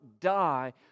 die